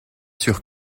sur